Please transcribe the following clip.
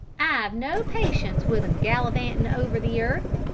i've no patience with em, gallivantin' over the earth,